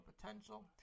potential